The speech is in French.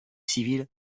civils